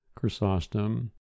Chrysostom